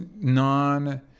non-